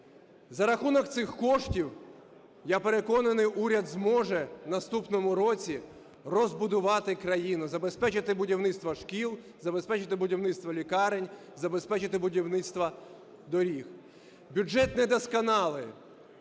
За рахунок цих коштів, я переконаний, уряд зможе в наступному році розбудувати країну, забезпечити будівництво шкіл, забезпечити будівництво лікарень, забезпечити будівництво доріг. Бюджет недосконалий.